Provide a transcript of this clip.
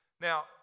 Now